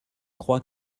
crois